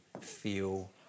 feel